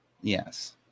Yes